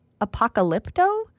Apocalypto